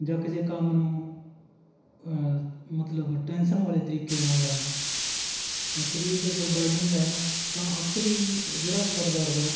ਜਾਂ ਕਿਸੇ ਕੰਮ ਨੂੰ ਮਤਲਬ ਟੈਨਸ਼ਨ ਵਾਲੇ ਤਰੀਕੇ ਦੇ ਨਾਲ ਲੈਂਦਾ ਤਾਂ ਸਰੀਰ ਦੇ ਉੱਪਰ ਬਰਡਨ ਰਹਿੰਦਾ ਤਾਂ ਅਕਸਰ ਹੀ ਜਿਹੜਾ ਸਿਰ ਦਰਦ ਆ